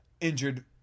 injured